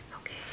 Okay